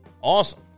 Awesome